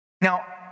Now